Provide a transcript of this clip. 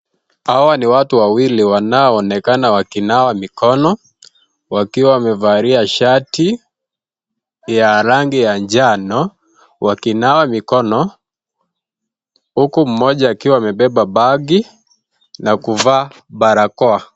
Hawa ni watu wawili wanaoonekana wakinawa mikono, wakiwa wamevalia shati ya rangi ya njano wakinawa mikono huku moja akiwa amebeba bagi na kuvaa barakoa.